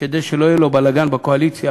כדי שלא יהיה לו בלגן בקואליציה,